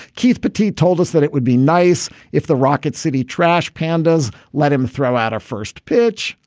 keith pati told us that it would be nice if the rocket city trash pandas. let him throw out our first pitch,